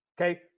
okay